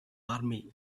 army